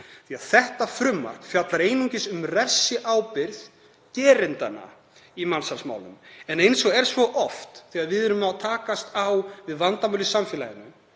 Þetta frumvarp fjallar einungis um refsiábyrgð gerenda í mansalsmálum en eins og er svo oft þegar við erum að takast á við vandamál í samfélaginu